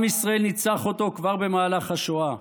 עם ישראל ניצח אותו כבר במהלך השואה: